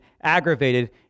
aggravated